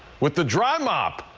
with the dry mop.